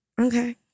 Okay